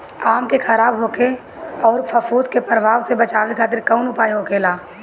आम के खराब होखे अउर फफूद के प्रभाव से बचावे खातिर कउन उपाय होखेला?